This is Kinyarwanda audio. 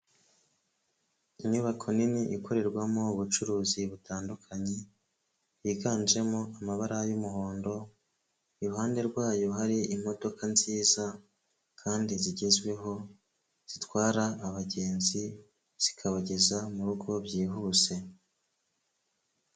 Inyubako nini ikorerwamo ubucuruzi butandukanye, yiganjemo amabara y'umuhondo, iruhande rwayo hari imodoka nziza kandi zigezweho zitwara abagenzi zikabageza mu rugo byihuse.